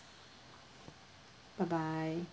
bye bye